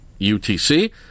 UTC